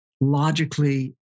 logically